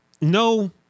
no